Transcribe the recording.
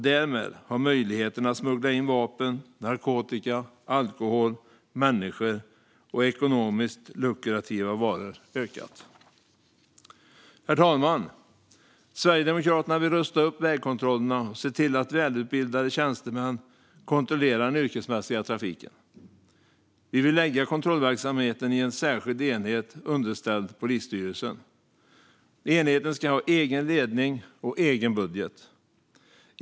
Därmed har möjligheten att smuggla in vapen, narkotika, alkohol, människor och ekonomiskt lukrativa varor ökat. Herr talman! Sverigedemokraterna vill rusta upp vägkontrollerna och se till att välutbildade tjänstemän kontrollerar den yrkesmässiga trafiken. Vi vill lägga kontrollverksamheten i en särskild enhet underställd Polismyndigheten. Enheten ska ha egen ledning och egen budget.